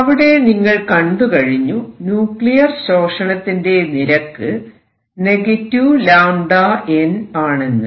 അവിടെ നിങ്ങൾ കണ്ടുകഴിഞ്ഞു ന്യൂക്ലിയർ ശോഷണത്തിന്റെ നിരക്ക് λN ആണെന്ന്